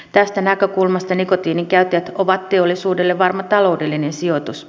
tästä näkökulmasta nikotiininkäyttäjät ovat teollisuudelle varma taloudellinen sijoitus